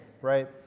right